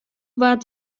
wat